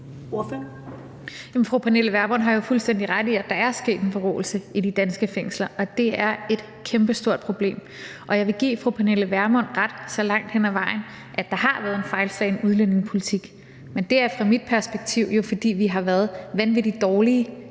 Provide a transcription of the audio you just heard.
Fru Pernille Vermund har jo fuldstændig ret i, at der er sket en forråelse i de danske fængsler, og det er et kæmpestort problem. Jeg vil give fru Pernille Vermund ret så langt hen ad vejen, at der har været en fejlslagen udlændingepolitik. Men det er set fra mit perspektiv, fordi vi har været vanvittigt dårlige